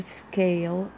scale